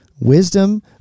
wisdom